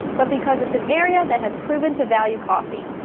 but because it's an area that has proven to value coffee.